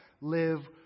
live